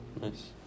Nice